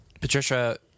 Patricia